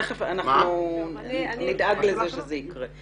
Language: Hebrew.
תכף נדאג לזה שזה יקרה.